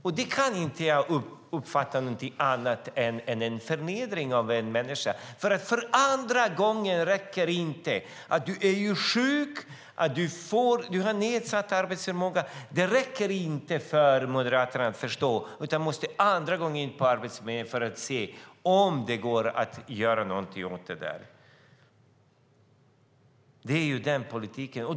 Jag kan inte uppfatta det som något annat än en förnedring av en människa att det för andra gången inte räcker att du är sjuk och har nedsatt arbetsförmåga. Det räcker inte för att Moderaterna ska förstå, utan du måste för andra gången in på Arbetsförmedlingen för att se om det går att göra någonting åt det där. Så är politiken.